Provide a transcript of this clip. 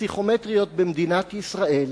הפסיכומטריות במדינת ישראל,